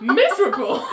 miserable